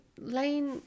Lane